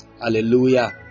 Hallelujah